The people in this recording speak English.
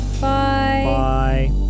bye